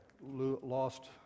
lost